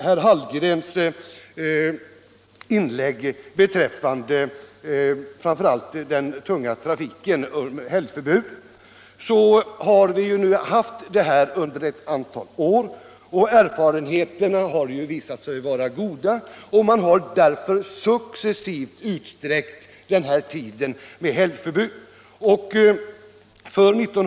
Herr Hallgrens inlägg handlade framför allt om förbudet mot tung trafik under vissa helger. Vi har nu haft ett sådant förbud under ett antal år. Erfarenheterna har visat sig vara goda, och man har därför successivt utsträckt den tid som omfattas av förbudet.